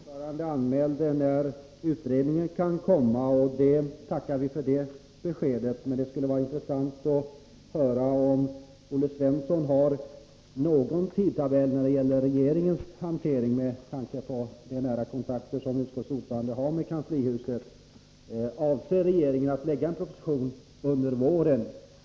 Herr talman! Ordföranden talade om när utredningen kan vara klar. Vi tackar för det beskedet. Det skulle också vara intressant att höra om Olle Svensson, med sina nära kontakter med kanslihuset, vet någonting om regeringens tidtabell när det gäller frågans hantering. Avser regeringen att lägga fram en proposition under våren?